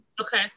okay